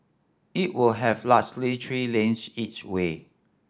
it will have largely three lanes each way